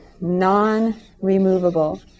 non-removable